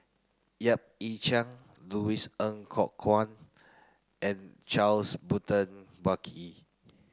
Yap Ee Chian Louis Ng Kok Kwang and Charles Burton Buckley